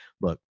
look